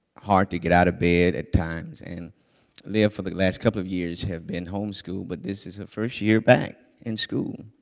hard to get out of bed at times, and lia, for the last couple of years has been homeschooled, but this is her first year back in school,